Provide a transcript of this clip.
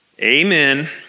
Amen